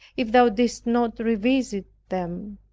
if thou didst not revisit them.